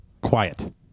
quiet